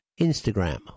Instagram